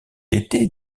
était